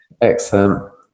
Excellent